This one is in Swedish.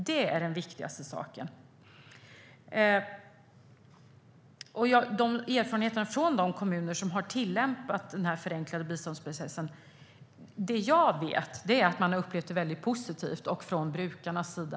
Det är viktigast. Erfarenheterna från de kommuner som har tillämpat den förenklade biståndsprocessen är positiva, särskilt från brukarnas sida.